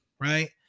right